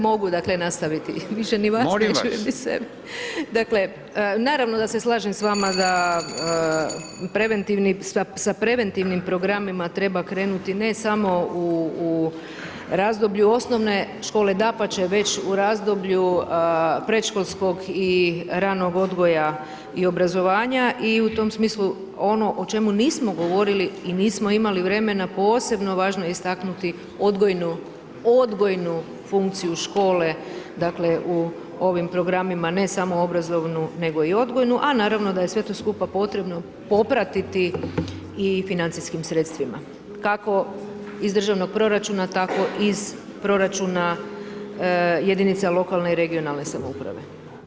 Mogu dakle nastaviti, više ni vas ne čujem, ni sebe [[Upadica: Molim vas.]] dakle naravno da se slažem s vama za preventivni, sa preventivnim programima treba krenuti ne samo u razdoblju osnovne škole, dapače već u razdoblju predškolskog i radnog odgoja i obrazovanja i u tom smislu ono o čemu nismo govorili i nismo imali vremena posebno važno je istaknuti odgojnu, odgojnu funkciju škole, dakle u ovim programima, ne samo obrazovnu nego i odgojnu, a naravno da je sve to skupa potrebno poprati i financijskim sredstvima, kako iz državnog proračuna tako iz proračuna jedinica lokalne i regionalne samouprave.